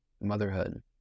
Motherhood